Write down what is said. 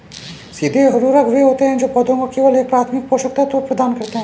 सीधे उर्वरक वे होते हैं जो पौधों को केवल एक प्राथमिक पोषक तत्व प्रदान करते हैं